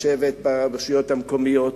לשבת ברשויות המקומיות,